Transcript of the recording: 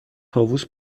طاووس